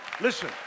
Listen